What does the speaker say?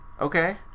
Okay